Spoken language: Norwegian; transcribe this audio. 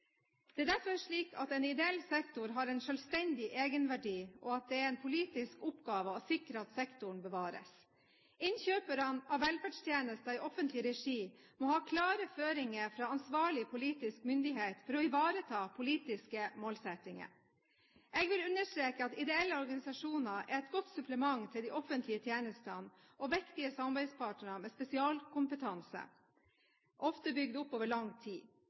Det er derfor slik at ideell sektor har en selvstendig egenverdi, og at det er en politisk oppgave å sikre at sektoren bevares. Innkjøperne av velferdstjenester i offentlig regi må ha klare føringer fra ansvarlig politisk myndighet for å ivareta politiske målsettinger. Jeg vil understreke at ideelle organisasjoner er et godt supplement til de offentlige tjenestene, og viktige samarbeidspartnere med spesialkompetanse, ofte bygd opp over lang tid.